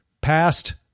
passed